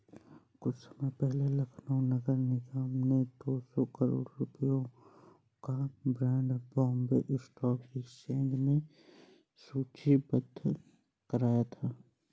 कुछ समय पहले लखनऊ नगर निगम ने दो सौ करोड़ रुपयों का बॉन्ड बॉम्बे स्टॉक एक्सचेंज में सूचीबद्ध कराया था